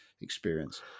experience